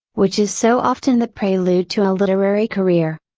which is so often the prelude to a literary career.